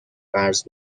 قرض